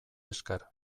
esker